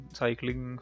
cycling